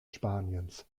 spaniens